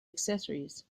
accessories